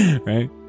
right